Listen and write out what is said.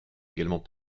également